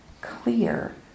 clear